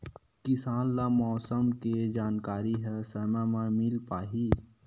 किसान ल मौसम के जानकारी ह समय म मिल पाही?